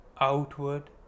outward